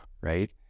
right